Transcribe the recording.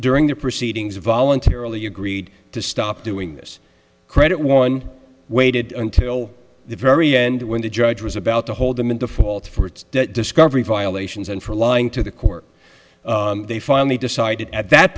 during the proceedings voluntarily agreed to stop doing this credit one waited until the very end when the judge was about to hold them in default for its discovery violations and for lying to the court they finally decided at that